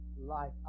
life